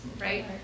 right